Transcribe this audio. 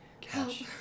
Cash